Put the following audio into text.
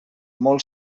molt